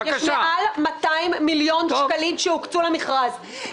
יש יותר מ-200 מיליון שקלים שהוקצו למכרז.